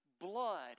blood